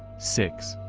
six.